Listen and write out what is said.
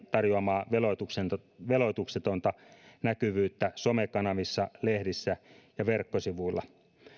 tarjoamaa veloituksetonta veloituksetonta näkyvyyttä somekanavissa lehdissä ja verkkosivuilla